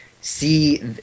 see